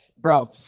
Bro